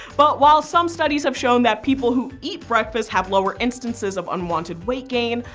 but while some studies have shown that people who eat breakfast have lower instances of unwanted weight gain,